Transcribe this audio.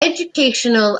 educational